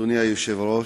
אדוני היושב-ראש,